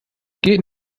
geht